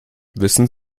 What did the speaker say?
wissen